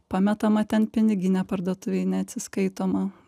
pametama ten piniginė parduotuvėj neatsiskaitoma